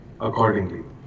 accordingly